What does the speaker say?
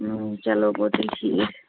چلو گوٚو تیٚلہِ ٹھیٖک